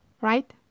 right